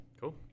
Cool